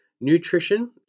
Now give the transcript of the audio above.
nutrition